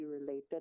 related